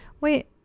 wait